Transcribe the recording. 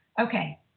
Okay